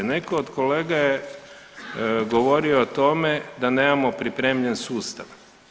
Netko od kolega je govorio o tome da nemamo pripremljen sustav.